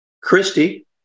Christie